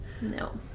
No